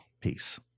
Peace